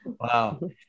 Wow